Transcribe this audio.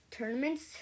tournaments